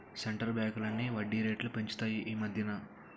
centre బ్యాంకులన్నీ వడ్డీ రేట్లు పెంచాయి ఈమధ్యన